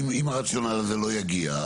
אם הרציונל הזה לא יגיע,